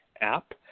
app